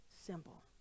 simple